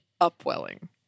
upwelling